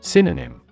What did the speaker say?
Synonym